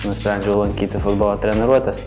nusprendžiau lankyti futbolo treniruotes